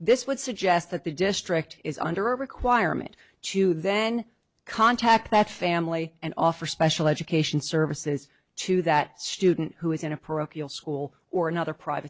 this would suggest that the district is under a requirement to then contact that family and offer special education services to that student who is in a parochial school or another private